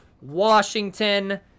Washington